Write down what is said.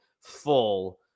full